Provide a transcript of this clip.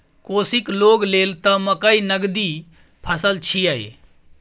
कोशीक लोग लेल त मकई नगदी फसल छियै